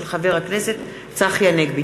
של חבר הכנסת צחי הנגבי.